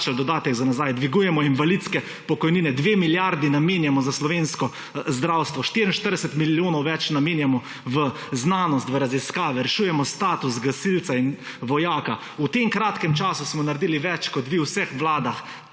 dodatek za nazaj, dvigujemo invalidske pokojnine, dve milijardi namenjamo za slovensko zdravstvo, 44 milijonov več namenjamo v znanost, v raziskave, rešujemo status gasilca in vojaka. V tem kratkem času smo naredili več, kot vi v vseh vladah